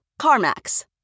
CarMax